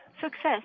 Success